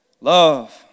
Love